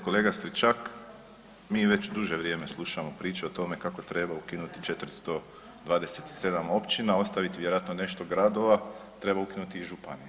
Kolega Stričak, mi već duže vrijeme slušamo priču o tome kako treba ukinuti 527 općina, a ostaviti vjerojatno nešto gradova, treba ukinuti i županije.